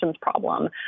problem